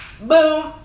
boom